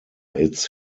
its